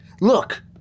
Look